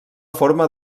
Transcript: forma